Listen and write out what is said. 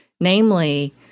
namely